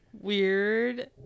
weird